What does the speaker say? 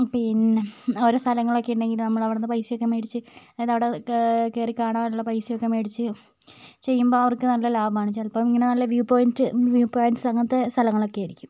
പിന്നെ ഓരോ സ്ഥലങ്ങളൊക്കെ ഉണ്ടെങ്കിൽ നമ്മൾ അവിടുന്ന് പൈസയൊക്കെ മേടിച്ച് അതവിടെ കേ കയറി കാണാനുള്ള പൈസയൊക്കെ മേടിച്ച് ചെയ്യുമ്പോൾ അവർക്ക് നല്ല ലാഭമാണ് ചിലപ്പം ഇങ്ങനെ നല്ല വ്യൂ പോയിന്റ് വ്യൂ പോയിന്റ്സ് അങ്ങനത്തെ സ്ഥലങ്ങളൊക്കെ ആയിരിക്കും